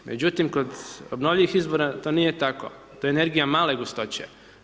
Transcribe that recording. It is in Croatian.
Međutim kod obnovljivih izvora to nije tako, to je energija male gustoće.